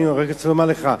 אני רק רוצה לומר לך,